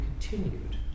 continued